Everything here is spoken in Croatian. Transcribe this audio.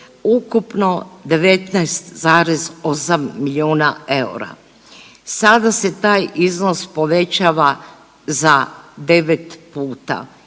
ukupno 19,8 miliona eura. Sada se taj iznos povećava za 9 puta